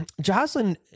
Jocelyn